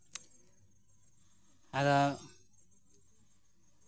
ᱟᱫᱚ